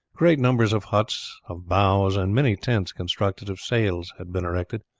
great numbers of huts of boughs and many tents constructed of sails had been erected.